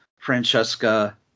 Francesca